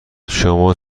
شما